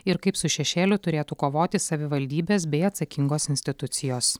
ir kaip su šešėliu turėtų kovoti savivaldybės bei atsakingos institucijos